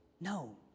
No